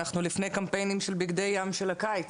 אנחנו לפני קמפיינים של בגדי ים של הקיץ